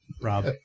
Rob